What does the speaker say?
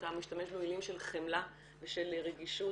אתה משתמש במילים של חמלה ושל רגישות